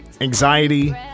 anxiety